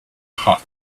hot